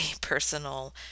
personal